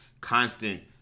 constant